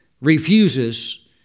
refuses